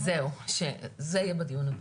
זהו, זה יהיה בדיון הבא.